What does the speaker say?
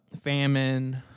famine